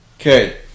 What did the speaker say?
Okay